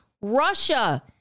Russia